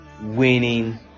winning